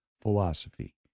philosophy